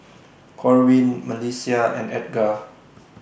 Corwin Melissia and Edgar